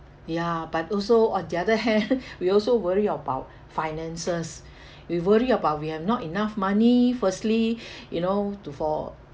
ya but also on the other hand we also worry about finances we worry about we have not enough money firstly you know to for